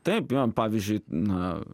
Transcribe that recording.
taip jo pavyzdžiui na